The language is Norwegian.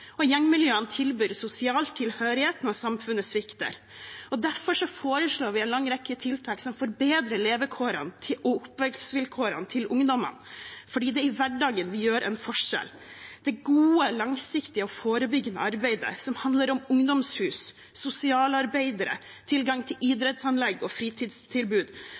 og gjengmiljøene tilbyr sosial tilhørighet når samfunnet svikter. Derfor foreslår vi en lang rekke tiltak som forbedrer levekårene og oppvekstvilkårene til ungdommene, for det er i hverdagen vi utgjør en forskjell. Det gode langsiktige og forebyggende arbeidet handler om ungdomshus, sosialarbeidere, tilgang til idrettsanlegg og fritidstilbud.